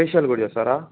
facial కూడా చేస్తారా